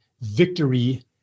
victory